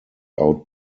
out